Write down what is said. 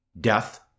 death